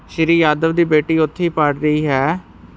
ਸ੍ਰੀ ਯਾਦਵ ਦੀ ਬੇਟੀ ਵੀ ਉੱਥੇ ਪੜ੍ਹ ਰਹੀ ਹੈ